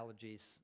allergies